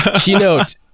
Keynote